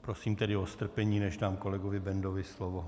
Prosím tedy o strpení, než dám kolegovi Bendovi slovo.